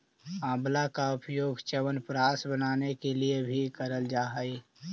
आंवला का प्रयोग च्यवनप्राश बनाने के लिए भी करल जा हई